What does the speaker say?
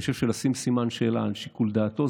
ואני חושב שלשים סימן שאלה על שיקול דעתו,